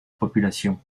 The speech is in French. population